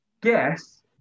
Guess